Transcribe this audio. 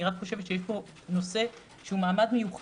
אני רק חושבת שיש פה נושא שהוא מעמד מיוחד,